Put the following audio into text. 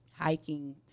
hiking